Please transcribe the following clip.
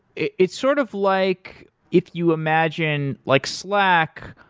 it's sort of like if you imagine like slack,